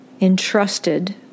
entrusted